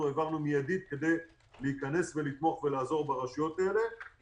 אנחנו העברנו מידית כדי לתמוך ברשויות האלה ולעזור להן.